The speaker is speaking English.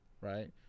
right